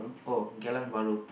oh Geylang-Bahru